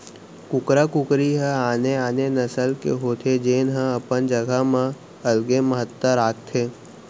कुकरा कुकरी ह आने आने नसल के होथे जेन ह अपन जघा म अलगे महत्ता राखथे